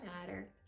matter